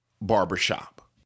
barbershop